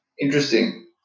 Interesting